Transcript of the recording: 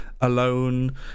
alone